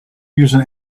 used